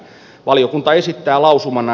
valiokunta esittää lausumana